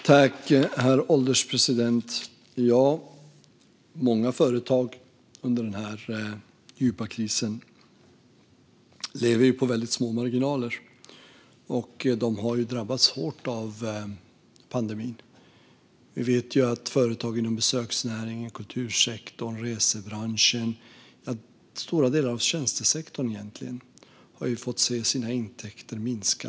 Herr ålderspresident! Ja, många företag lever på väldigt små marginaler under den här djupa krisen. De har drabbats hårt av pandemin. Vi vet att företag inom besöksnäringen, kultursektorn och resebranschen - stora delar av tjänstesektorn, egentligen - har fått se sina intäkter minska.